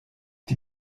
die